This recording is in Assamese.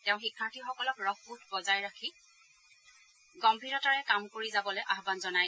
তেওঁ শিক্ষাৰ্থীসকলক ৰসবোধ বজাই ৰাখি গগ্তীৰতাৰে কাম কৰি যাবলৈ আয়ান জনায়